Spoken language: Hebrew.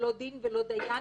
לא דין ולא דיין,